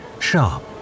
Sharp